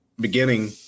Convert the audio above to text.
beginning